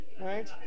right